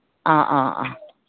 ꯑꯥ ꯑꯥ ꯑꯥ